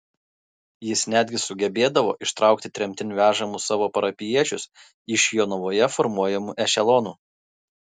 jis netgi sugebėdavo ištraukti tremtin vežamus savo parapijiečius iš jonavoje formuojamų ešelonų